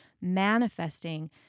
manifesting